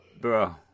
Bro